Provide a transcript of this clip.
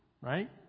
Right